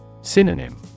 Synonym